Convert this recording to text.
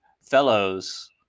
fellows